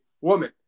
woman